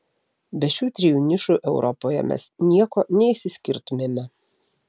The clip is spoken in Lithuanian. be šių trijų nišų europoje mes nieko neišsiskirtumėme